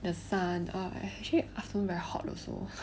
the sun ah actually afternoon very hot also